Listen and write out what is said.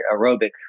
aerobic